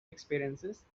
experiences